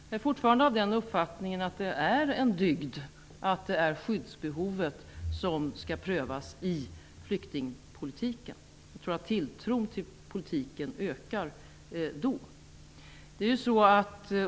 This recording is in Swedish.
Jag är fortfarande av den uppfattningen att det är en dygd att det är skyddsbehovet som skall prövas i flyktingpolitiken. Jag tror att tilltron till politiken då ökar.